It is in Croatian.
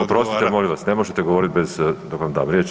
Oprostite molim vas, ne možete govoriti bez dok vam dam riječ.